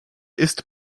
ist